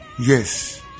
Yes